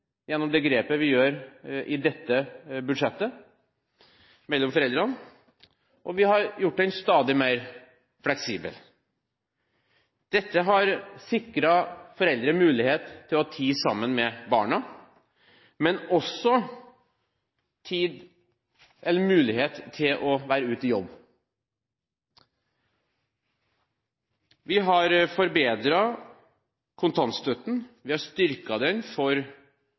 gjennom det grepet vi gjør i dette budsjettet, likestilt den mellom foreldrene, og vi har gjort den stadig mer fleksibel. Dette har sikret foreldre mulighet til å ha tid sammen med barna, men også tid eller mulighet til å være ute i jobb. Vi har forbedret kontantstøtten. Vi har styrket den for